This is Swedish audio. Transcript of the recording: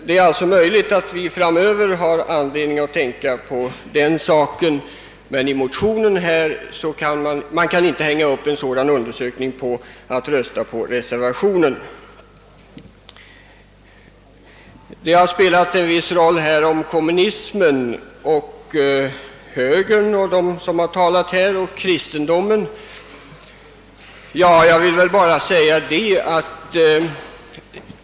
Det är alltså möjligt att vi framöver får ta ställning till den frågan, men man kan inte hänga upp en sådan undersökning på ett bifall till reservationen. I diskussionen har den eventuella alliansen mellan kommunismen och högern i denna fråga spelat en viss roll.